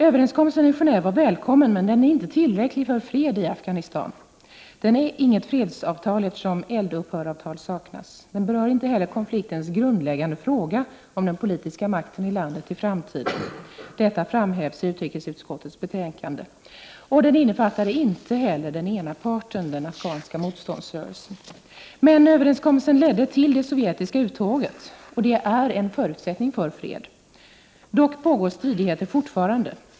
Överenskommelsen i Gen&ve var välkommen. Men den är inte tillräcklig för att fred skall kunna uppnås i Afghanistan. Den är inget fredsavtal, eftersom eldupphöravtal saknas. Den berör inte heller konfliktens grundläggande fråga, frågan om den politiska makten i landet i framtiden. Detta framhålls också i utrikesutskottets betänkande. Vidare innefattade överenskommelsen inte den ena parten, dvs. den afghanska motståndsrörelsen. Men den ledde fram till det sovjetiska uttåget, och det är en förutsättning för fred. Strider pågår dock, som sagt, fortfarande.